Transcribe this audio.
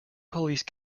police